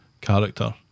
character